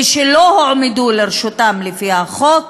ושלא הועמדו לרשותם לפי החוק,